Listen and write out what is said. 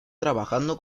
trabajando